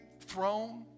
throne